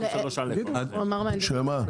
53א. שמה?